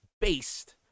based